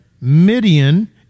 Midian